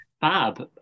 fab